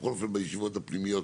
בכל אופן בישיבות הפנימיות